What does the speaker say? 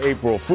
April